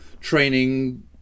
training